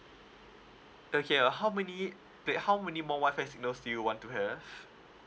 okay uh how many wait how many more WI-FI signals do you want to have